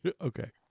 Okay